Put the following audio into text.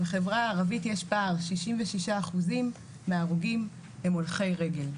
בחברה הערבית יש פער 66% מההרוגים הם הולכי רגל.